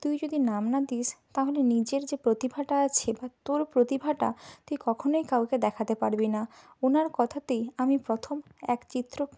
তুই যদি নাম না দিস তাহলে নিজের যে প্রতিভাটা আছে বা তোর প্রতিভাটা তুই কখনই কাউকে দেখাতে পারবি না ওনার কথাতেই আমি প্রথম এক চিত্র